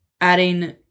adding